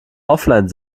offline